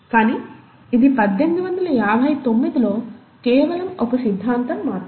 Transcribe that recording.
కానీ ఇది 1859 లో కేవలం ఒక సిద్ధాంతం మాత్రమే